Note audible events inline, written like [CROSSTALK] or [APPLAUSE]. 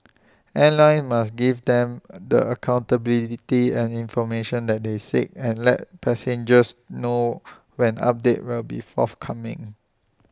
airlines must give them [HESITATION] the accountability and information that they seek and let passengers know [NOISE] when updates will be forthcoming